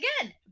again